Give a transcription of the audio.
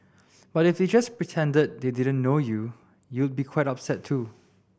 but if they just pretended they didn't know you you'd be quite upset too